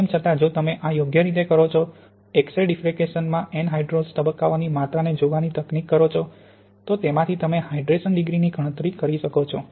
તેમ છતાં જો તમે આ યોગ્ય રીતે કરો છો તો એક્સ રે ડીફ્રકસન માં એનહાઇડ્રોસ તબક્કાઓની માત્રાને જોવાની તકનીક કરો છો તો તેમાંથી તમે હાઇડ્રેશન ડિગ્રી ની ગણતરી કરી શકો છો